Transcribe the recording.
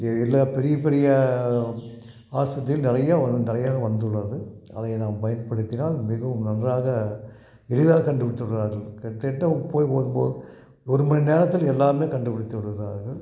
இங்கே எல்லா பெரிய பெரிய ஆஸ்பத்திரி நிறையா வந் நிறையா வந்துள்ளது அதை நாம் பயன்படுத்தினால் மிகவும் நன்றாக எளிதாக கண்டுப்பிடித்துள்ளார்கள் கிட்டத்தட்ட போய் ஒரு போ ஒரு மணி நேரத்தில் எல்லாமே கண்டுப்பிடித்து விடுகிறார்கள்